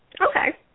Okay